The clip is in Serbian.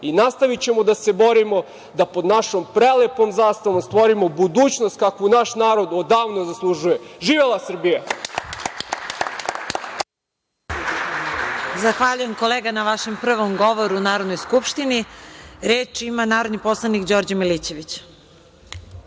i nastavićemo da se borimo da pod našom prelepom zastavom stvorimo budućnost kakvu naš narod odavno zaslužuje. Živela Srbija. **Ivica Dačić** Zahvaljujem kolega na vašem prvom govoru u Narodnoj skupštini. Reč ima narodni poslanik Đorđe Milićević.